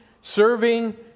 serving